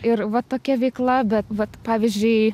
ir va tokia veikla bet vat pavyzdžiui